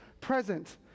present